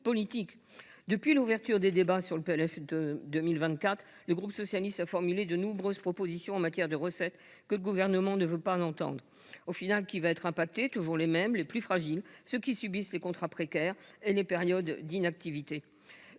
politiques. Depuis l’ouverture des débats sur le PLF 2024, le groupe socialiste a formulé de nombreuses propositions en matière de recettes, que le Gouvernement ne veut pas entendre. Finalement, qui sera touché ? Toujours les mêmes : les plus fragiles, ceux qui subissent les contrats précaires et les périodes d’inactivité.